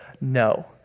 no